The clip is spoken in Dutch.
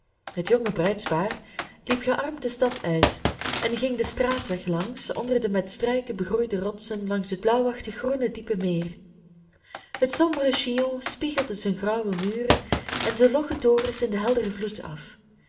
het jonge bruidspaar liep gearmd de stad uit en ging den straatweg langs onder de met struiken begroeide rotsen langs het blauwachtig groene diepe meer het sombere chillon spiegelde zijn grauwe muren en zijn logge torens in den helderen vloed af